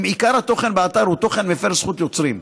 אם עיקר התוכן באתר הוא תוכן מפר זכות יוצרים.